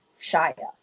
Shia